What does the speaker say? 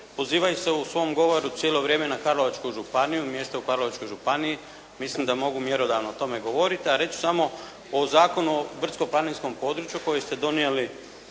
Pozivaju se u svom govoru cijelo vrijeme na Karlovačku županiju, mjesto u Karlovačkoj županiji. Mislim da mogu mjerodavno o tome govoriti. A reći ću samo o Zakonu o brdsko-planinskom području koji ste donijeli